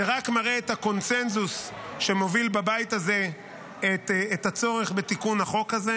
זה רק מראה את הקונסנזוס שמוביל בבית הזה את הצורך בתיקון החוק הזה,